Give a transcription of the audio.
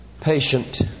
patient